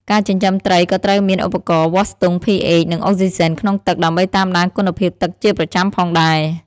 ការចិញ្ចឹមត្រីក៏ត្រូវមានឧបករណ៍វាស់ស្ទង់ pH និងអុកស៊ីសែនក្នុងទឹក ដើម្បីតាមដានគុណភាពទឹកជាប្រចាំផងដែរ។